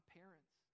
parents